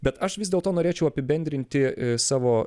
bet aš vis dėlto norėčiau apibendrinti savo